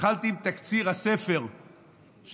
התחלתי עם תקציר הספר שכתבתי,